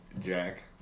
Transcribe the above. Jack